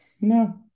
No